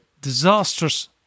disastrous